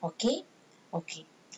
okay okay